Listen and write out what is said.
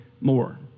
more